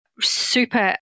super